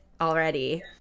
already